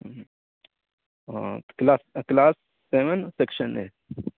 ہاں class class seven section اے